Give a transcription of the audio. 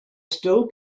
still